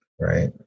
right